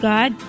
God